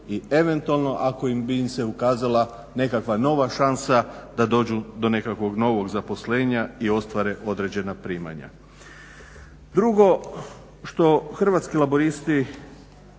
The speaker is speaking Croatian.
i eventualno ako bi im se ukazala nekakva nova šansa da dođu do nekakvog novog zaposlenja i ostvare određena primanja. Drugo što Hrvatski laburisti